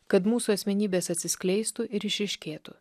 kad mūsų asmenybės atsiskleistų ir išryškėtų